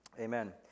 Amen